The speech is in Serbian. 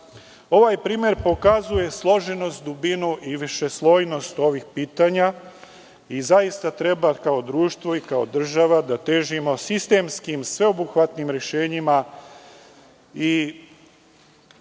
primer pokazuje složenost, dubinu i višeslojnost ovih pitanja i zaista treba, kao društvo i kao država, da težimo sistemskim, sveobuhvatnim rešenjima i